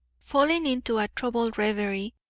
falling into a troubled reverie,